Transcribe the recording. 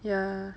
ya